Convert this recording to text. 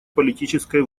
политической